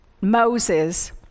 Moses